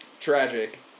tragic